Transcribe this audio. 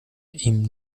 ihm